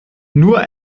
nur